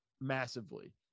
massively